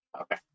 Okay